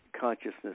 consciousness